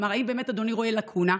כלומר, האם באמת אדוני רואה לקונה,